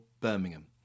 Birmingham